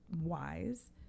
wise